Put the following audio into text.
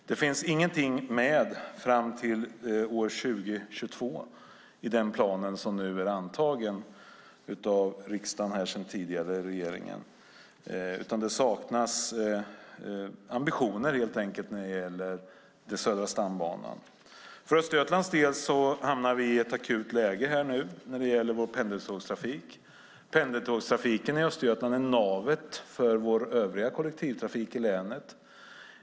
Det finns ingenting med fram till år 2022 i den plan som är antagen sedan tidigare av riksdagen och regeringen. Det saknas ambitioner när det gäller Södra stambanan. För Östergötlands del hamnar vi i ett akut läge för vår pendeltågstrafik. Den är navet för vår övriga kollektivtrafik i länet.